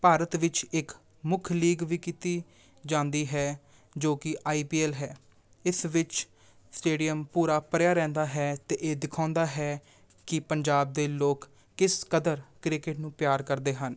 ਭਾਰਤ ਵਿੱਚ ਇੱਕ ਮੁੱਖ ਲੀਗ ਵੀ ਕੀਤੀ ਜਾਂਦੀ ਹੈ ਜੋ ਕਿ ਆਈ ਪੀ ਐੱਲ ਹੈ ਇਸ ਵਿੱਚ ਸਟੇਡੀਅਮ ਪੂਰਾ ਭਰਿਆ ਰਹਿੰਦਾ ਹੈ ਅਤੇ ਇਹ ਦਿਖਾਉਂਦਾ ਹੈ ਕਿ ਪੰਜਾਬ ਦੇ ਲੋਕ ਕਿਸ ਕਦਰ ਕ੍ਰਿਕੇਟ ਨੂੰ ਪਿਆਰ ਕਰਦੇ ਹਨ